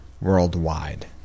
worldwide